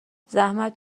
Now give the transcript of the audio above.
زحمت